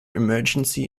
emergency